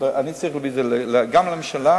אני צריך להביא את זה גם לממשלה,